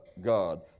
God